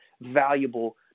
valuable